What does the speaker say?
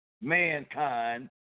mankind